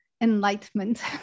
enlightenment